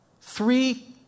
three